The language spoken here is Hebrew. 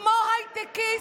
כמו הייטקיסט,